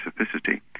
specificity